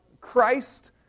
Christ